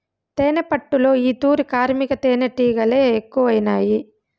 తేనెపట్టులో ఈ తూరి కార్మిక తేనీటిగలె ఎక్కువైనాయి